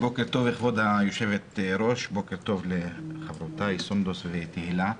בוקר טוב כבוד היו"ר, לחברותיי סונדוס ותהלה.